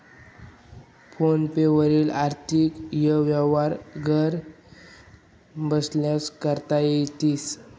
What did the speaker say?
phone पे वरी आर्थिक यवहार घर बशीसन करता येस